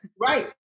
Right